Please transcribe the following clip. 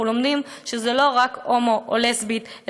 אנחנו לומדים שזה לא רק הומו או לסבית,